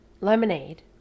Lemonade